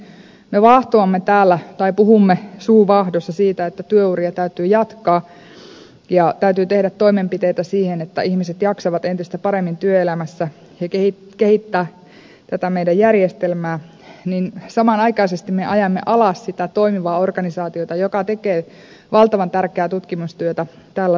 me täällä puhumme suu vaahdossa siitä että työuria täytyy jatkaa ja täytyy tehdä toimenpiteitä siihen että ihmiset jaksavat entistä paremmin työelämässä ja kehittää tätä meidän järjestelmäämme ja samanaikaisesti me ajamme alas sitä toimivaa organisaatiota joka tekee valtavan tärkeää tutkimustyötä tällä saralla